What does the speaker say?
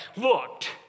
looked